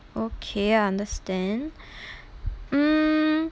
okay understand mm